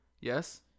yes